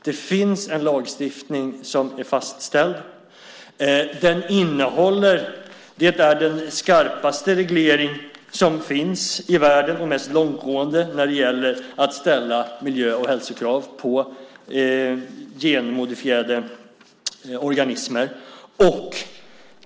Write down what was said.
Det finns en lagstiftning som är fastställd. Det är den skarpaste reglering som finns i världen och mest långtgående när det gäller att ställa miljö och hälsokrav på genmodifierade organismer.